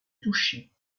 toucher